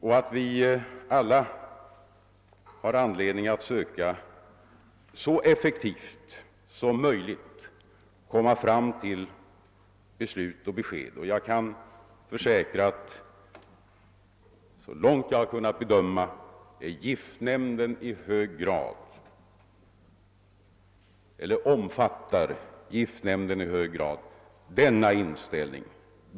Vi har alla anledning att så effektivt som möjligt söka komma fram till beslut och besked, och jag kan försäkra att så långt jag kunnat bedöma omfattar giftnämnden i hög grad denna inställning.